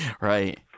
Right